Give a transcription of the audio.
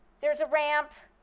there's a ramp.